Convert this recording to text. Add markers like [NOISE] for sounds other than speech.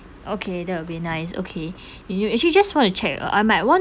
okay that will be nice okay [BREATH] you k~ actually just want to check uh I might want